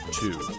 two